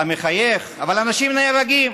אתה מחייך, אבל אנשים נהרגים.